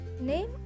Name